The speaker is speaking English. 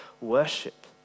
worship